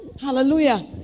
Hallelujah